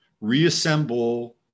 reassemble